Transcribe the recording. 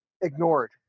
ignored